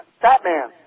Batman